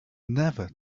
never